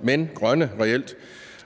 men reelt grønne.